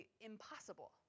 impossible